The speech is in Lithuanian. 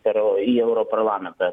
tai yra į europarlamentą